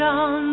on